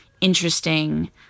interesting